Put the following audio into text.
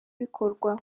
bikorwa